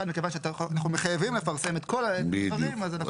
כאן מכיוון שאנחנו מחייבים לפרסם את כל הדברים אז --- בדיוק,